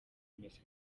mwese